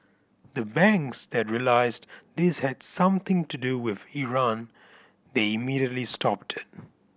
the banks that realised this had something to do with Iran they immediately stopped